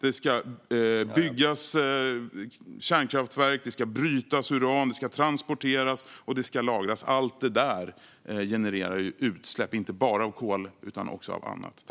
Det ska byggas kärnkraftverk, det ska brytas uran, det ska transporteras och det ska lagras. Allt detta genererar utsläpp, inte bara av kol utan också av annat.